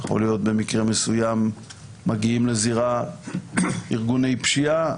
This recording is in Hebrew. שבמקרים מסוימים מגיעים לזירה ארגוני פשיעה,